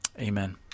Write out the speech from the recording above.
Amen